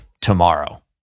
tomorrow